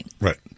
Right